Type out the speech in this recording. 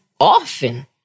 often